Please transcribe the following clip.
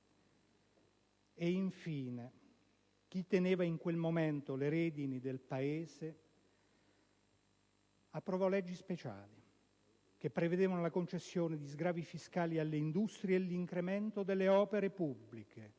Ed infine, chi teneva in quel momento le redini del Paese approvò leggi speciali che prevedevano la concessione di sgravi fiscali alle industrie e l'incremento delle opere pubbliche.